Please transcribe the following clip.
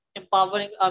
empowering